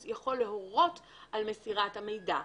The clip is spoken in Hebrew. הוא יכול להורות על מסירת המידע.